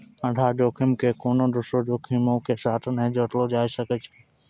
आधार जोखिम के कोनो दोसरो जोखिमो के साथ नै जोड़लो जाय सकै छै